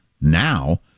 now